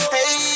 Hey